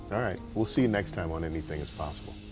we'll see you next time on anything is possible.